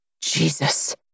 Jesus